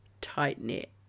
tight-knit